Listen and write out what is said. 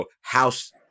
House